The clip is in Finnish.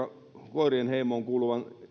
koirien heimoon kuuluvan